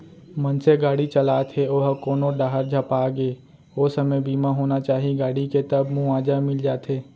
मनसे गाड़ी चलात हे ओहा कोनो डाहर झपागे ओ समे बीमा होना चाही गाड़ी के तब मुवाजा मिल जाथे